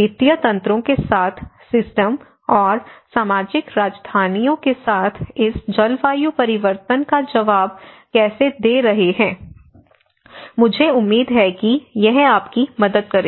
वित्तीय तंत्रों के साथ सिस्टम और सामाजिक राजधानियों के साथ इस जलवायु परिवर्तन का जवाब कैसे दे रहे हैं मुझे उम्मीद है कि यह आपकी मदद करेगा